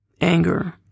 Anger